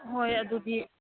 ꯍꯣꯏ ꯑꯗꯨꯗꯤ